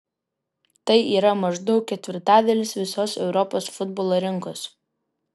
tai yra maždaug ketvirtadalis visos europos futbolo rinkos